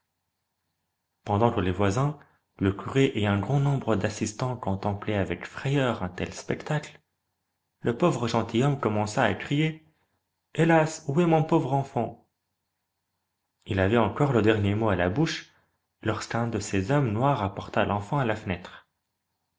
pendant que les voisins le curé et un grand nombre d'assistans contemplaient avec frayeur un tel spectacle le pauvre gentilhomme commença à crier hélas où est mon pauvre enfant il avait encore le dernier mot à la bouche lorsqu'un de ces hommes noirs apporta l'enfant à la fenêtre